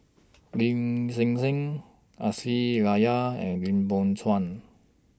Lin Hsin Hsin Aisyah Lyana and Lim Biow Chuan